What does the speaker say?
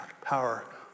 power